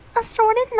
assorted